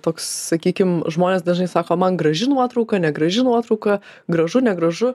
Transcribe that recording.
toks sakykim žmonės dažnai sako man graži nuotrauka negraži nuotrauka gražu negražu